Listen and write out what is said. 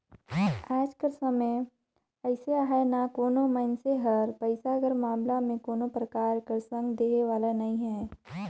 आएज कर समे अइसे अहे ना कोनो मइनसे हर पइसा कर मामला में कोनो परकार कर संग देहे वाला नी हे